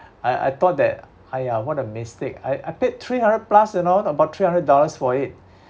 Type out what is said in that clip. I I thought that !aiya! what a mistake I I paid three hundred plus you know about three hundred dollars for it